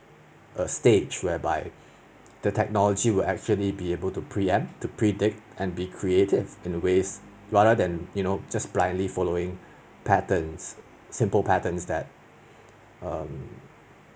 a stage whereby the technology will actually be able to preempt predict and be creative in a ways rather than you know just blindly following patterns simple patterns that um